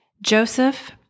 Joseph